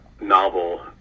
novel